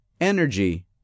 energy